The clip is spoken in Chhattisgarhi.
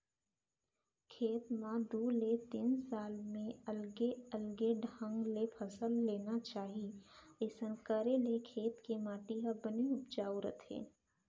खेत म दू ले तीन साल म अलगे अलगे ढंग ले फसल लेना चाही अइसना करे ले खेत के माटी ह बने उपजाउ रथे